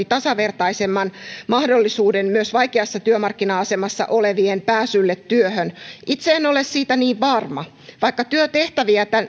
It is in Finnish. tasavertaisemman mahdollisuuden myös vaikeassa työmarkkina asemassa olevien pääsylle työhön niin kuin valiokunnan enemmistö mietintöönkin kirjoitti itse en ole siitä niin varma vaikka työtehtäviä